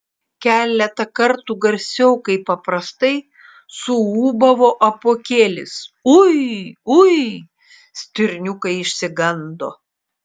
keletą kartų garsiau kaip paprastai suūbavo apuokėlis ui ui stirniukai išsigando